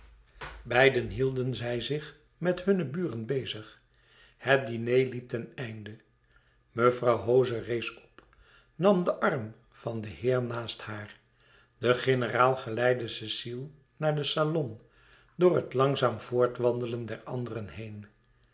beiden hielden zij zich met hunne buren bezig het diner liep ten einde mevrouw hoze rees op nam den arm van den heer naast haar de generaal geleidde cecile naar den salon door het langzaam voortwandelen der anderen heen